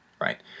right